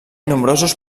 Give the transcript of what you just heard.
nombrosos